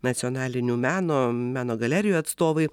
nacionalinių meno meno galerijų atstovai